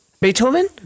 Beethoven